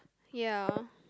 ya